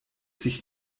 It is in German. sich